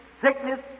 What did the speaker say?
sickness